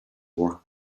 work